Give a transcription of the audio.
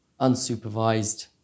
unsupervised